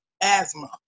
asthma